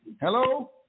Hello